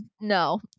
no